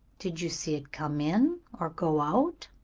did you see it come in, or go out?